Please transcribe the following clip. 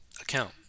account